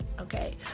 Okay